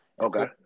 Okay